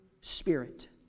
spirit